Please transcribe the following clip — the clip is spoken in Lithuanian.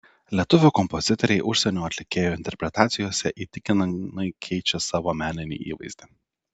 lietuvių kompozitoriai užsienio atlikėjų interpretacijose įtikinamai keičia savo meninį įvaizdį